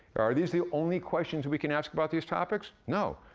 are these the only questions we can ask about these topics? no.